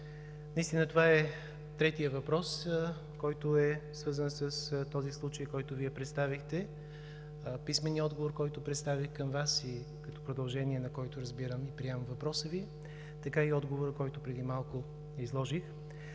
наистина това е третият въпрос, свързан с този случай, който Вие представихте, писменият отговор, който представих към Вас и като продължение на който разбирам и приемам Въпроса Ви, така и отговора, който преди малко изложих.